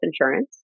insurance